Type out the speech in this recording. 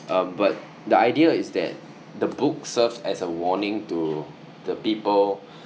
uh but the idea is that the book serves as a warning to the people